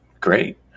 Great